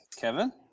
Kevin